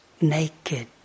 naked